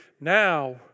Now